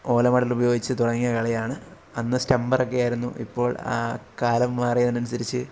ഓലമടലുപയോഗിച്ച് തുടങ്ങിയ കളിയാണ് അന്ന് സ്തംബറൊക്കെ ആയിരുന്നു ഇപ്പോൾ കാലം മാറിയതിനനുസരിച്ച്